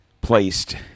placed